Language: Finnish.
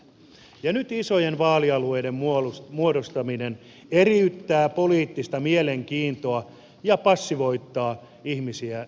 nyt isojen vaalialueiden muodostaminen eriyttää poliittista mielenkiintoa ja passivoittaa ihmisiä äänestämästä